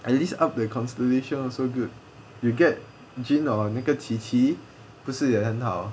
at least up the constellation aloso good you get jean or 那个 qiqi 不是也很好